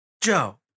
Joe